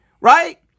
Right